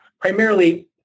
primarily